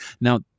now